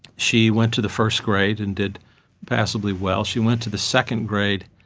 she went to the first grade and did passably well. she went to the second grade.